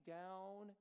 down